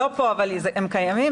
לא פה, אבל הם קיימים?